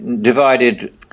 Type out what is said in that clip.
divided